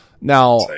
Now